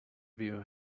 view